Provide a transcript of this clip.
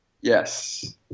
Yes